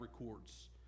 records